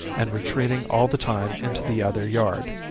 and retreating all the time into the other yard.